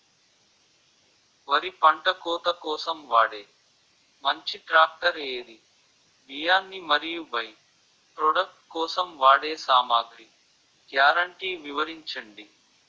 వరి పంట కోత కోసం వాడే మంచి ట్రాక్టర్ ఏది? బియ్యాన్ని మరియు బై ప్రొడక్ట్ కోసం వాడే సామాగ్రి గ్యారంటీ వివరించండి?